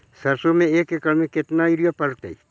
सरसों में एक एकड़ मे केतना युरिया पड़तै?